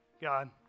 God